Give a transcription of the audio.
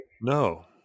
No